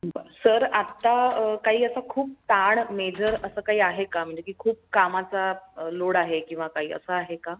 बरं सर आता काही असा खूप ताण मेजर असं काही आहे का म्हणजे की खूप कामाचा लोड आहे किंवा काही असं आहे का